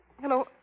Hello